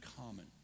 common